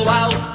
out